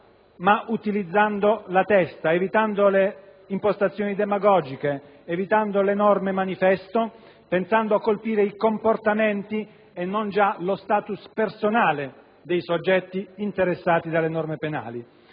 ma utilizzando la testa, evitando le impostazioni demagogiche, evitando le norme manifesto, pensando a colpire i comportamenti e non già lo *status* personale dei soggetti interessati dalle norme penali.